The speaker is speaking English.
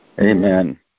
Amen